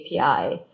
API